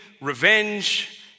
revenge